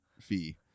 fee